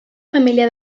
família